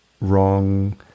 wrong